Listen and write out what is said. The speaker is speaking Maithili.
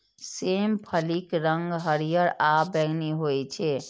सेम फलीक रंग हरियर आ बैंगनी होइ छै